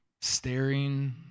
staring